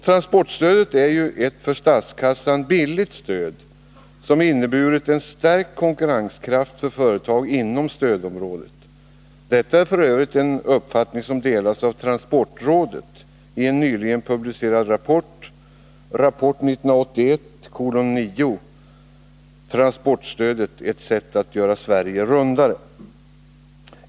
Transportstödet är ett för statskassan billigt stöd som inneburit en stark konkurrenskraft för företagen inom stödområdet — detta är f.ö. en uppfattning som delas av transportrådet i en nyligen publicerad rapport (rapport 1981:9, ”Transportstödet — ett sätt att göra Sverige rundare”.